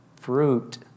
fruit